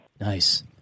Nice